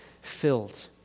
filled